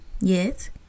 Yes